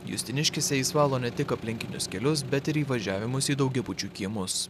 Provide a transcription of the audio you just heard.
justiniškėse jis valo ne tik aplinkinius kelius bet ir įvažiavimus į daugiabučių kiemus